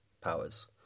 powers